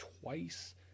twice